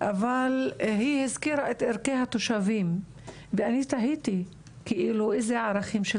אבל היא הזכירה את ערכי התושבים ואני תהיתי איזה ערכים של